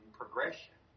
progression